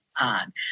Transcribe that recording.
on